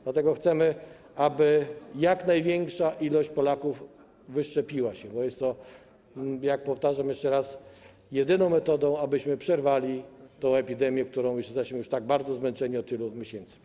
Dlatego chcemy, aby jak największa ilość Polaków wyszczepiła się, bo jest to, jak powtarzam, jedyna metoda, abyśmy przerwali tę epidemię, którą jesteśmy już tak bardzo zmęczeni od tylu miesięcy.